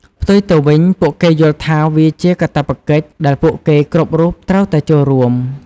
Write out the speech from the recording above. ផ្ទុយទៅវិញ ពួកគេយល់ថាវាជាកាតព្វកិច្ចដែលពួកគេគ្រប់រូបត្រូវតែចូលរួម។